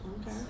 Okay